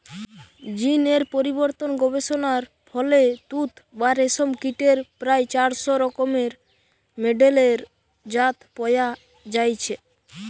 জীন এর পরিবর্তন গবেষণার ফলে তুত বা রেশম কীটের প্রায় চারশ রকমের মেডেলের জাত পয়া যাইছে